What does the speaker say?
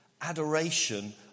adoration